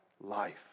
life